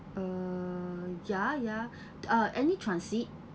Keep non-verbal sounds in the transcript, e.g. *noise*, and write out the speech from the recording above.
uh ya ya *breath* uh any transit